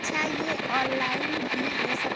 अच्छा यह ऑनलाइन भी हो सकता है